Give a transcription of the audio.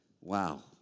Wow